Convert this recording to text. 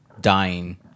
dying